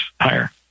higher